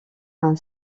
une